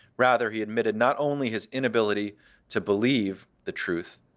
rather, he admitted not only his inability to believe the truth,